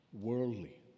worldly